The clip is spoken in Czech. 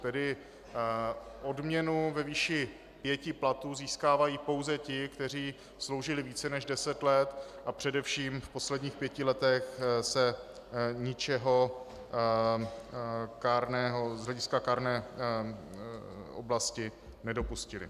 Tedy odměnu ve výši pěti platů získávají pouze ti, kteří sloužili více než deset let a především v posledních pěti letech se ničeho z hlediska kárné oblasti nedopustili.